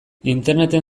interneten